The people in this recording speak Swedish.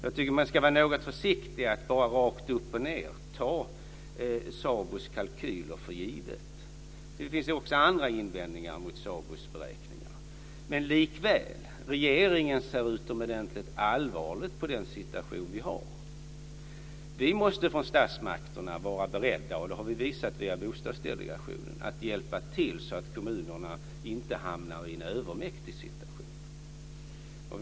Jag tycker att man ska vara något försiktig med att bara rakt upp och ned ta SABO:s kalkyler för givet. Det finns också andra invändningar mot SABO:s beräkningar. Men likväl ser regeringen utomordentligt allvarligt på den situation som vi har. Vi från statsmakterna måste vara beredda - och det har vi visat genom Bostadsdelegationen - att hjälpa till så att kommunerna inte hamnar i en övermäktig situation.